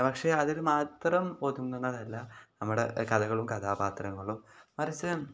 പക്ഷേ അതിൽ മാത്രം ഒതുങ്ങുന്നതല്ല നമ്മുടെ കലകളും കഥാപാത്രങ്ങളും മറിച്ച്